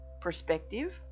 perspective